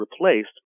replaced